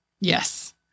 Yes